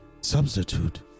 Substitute